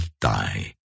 die